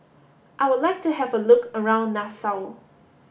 I would like to have a look around Nassau